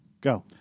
Go